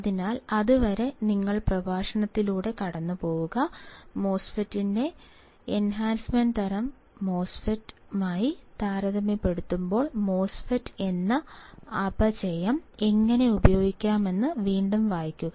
അതിനാൽ അതുവരെ നിങ്ങൾ പ്രഭാഷണത്തിലൂടെ കടന്നുപോവുക മോസ്ഫെറ്റിനെ എൻഹാൻസ്മെൻറ് തരം മോസ്ഫെറ്റ് മായി താരതമ്യപ്പെടുത്തുമ്പോൾ MOSFET എന്ന അപചയം എങ്ങനെ ഉപയോഗിക്കാമെന്ന് വീണ്ടും വായിക്കുക